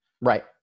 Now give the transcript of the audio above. Right